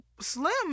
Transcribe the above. Slim